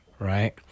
Right